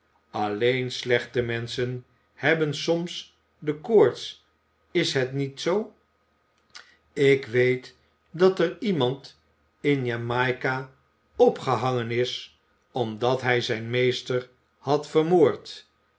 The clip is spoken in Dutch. alleen slechte mensenen hebben soms de koorts is het niet zoo ik weet dat er iemand in jamaica opgehangen is omdat hij zijn meester had vermoord